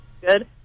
Good